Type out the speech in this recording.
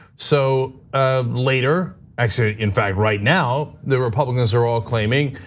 so ah later, actually in fact right now, the republicans are all claiming,